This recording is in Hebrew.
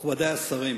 מכובדי השרים,